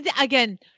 again